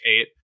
eight